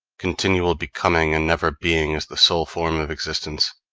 continual becoming and never being is the sole form of existence?